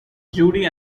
judy